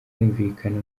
kumvikana